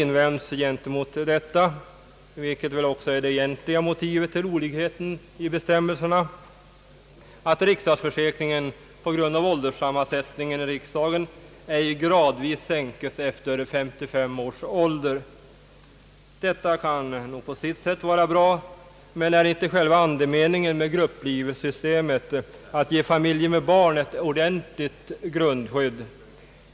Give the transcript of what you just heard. Gentemot detta har det invänts — vilket väl också är det egentliga motivet till olikheten i bestämmelserna — att riksdagsförsäkringen på grund av ålderssammansättningen i riksdagen ej gradvis sänkes efter 55 års ålder. Detta kan nog på sitt sätt vara bra — men är inte själva andemeningen i grupplivsystemet att ge familjer med barn ett ordentligt grundskydd?